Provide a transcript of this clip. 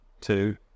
two